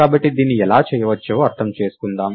కాబట్టి దీన్ని ఎలా చేయవచ్చో అర్థం చేసుకుందాం